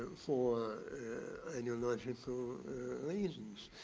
for ideological reasons.